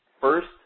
First